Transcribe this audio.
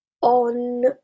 on